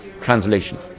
translation